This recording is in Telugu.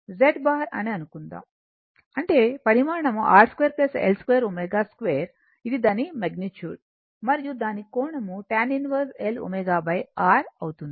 Z బార్ అని అనుకుందాం అంటే పరిమాణం R 2 L 2 ω 2 ఇది దాని మగ్నిట్యూడ్ మరియు దాని కోణం tan 1 L ω R అవుతుంది